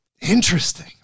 Interesting